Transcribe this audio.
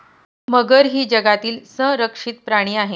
मगर ही जगातील संरक्षित प्राणी आहे